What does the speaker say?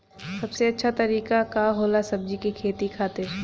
सबसे अच्छा तरीका का होला सब्जी के खेती खातिर?